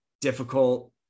difficult